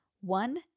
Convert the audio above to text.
One